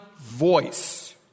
voice